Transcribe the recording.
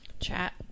chat